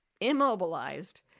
immobilized